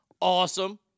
Awesome